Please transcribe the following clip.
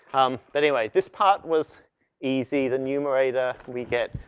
um, anyway, this part was easy. the numerator, we get